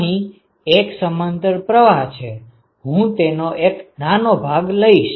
અહીં એક સમાંતર પ્રવાહ છે હું તેનો એક નાનો ભાગ લઈશ